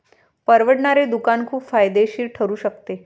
परवडणारे दुकान खूप फायदेशीर ठरू शकते